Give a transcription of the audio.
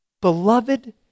beloved